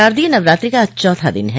शारदीय नवरात्रि का आज चौथा दिन है